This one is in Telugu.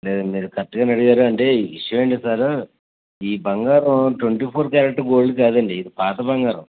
లేదు లేదు కరెక్ట్గా అడిగారు అండి విషయం ఏంటంటే సారు ఈ బంగారం ట్వంటీ ఫోర్ క్యారెట్ గోల్డ్ కాదు అండి పాత బంగారం